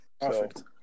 perfect